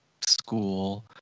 school